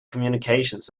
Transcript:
communications